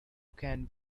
can